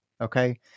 Okay